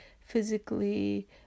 physically